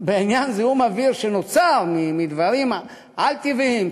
בעניין זיהום אוויר שנוצר מדברים על-טבעיים,